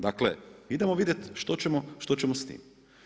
Dakle idemo vidjet što ćemo s tim.